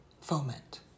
foment